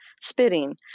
spitting